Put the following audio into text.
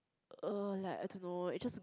uh like I don't know it just